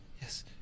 Yes